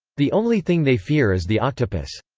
the only thing they fear is the octopus.